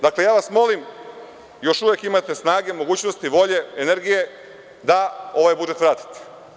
Dakle, ja vas molim, još uvek imate snage, mogućnosti, volje, energije da ovaj budžet vratite.